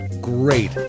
great